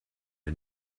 der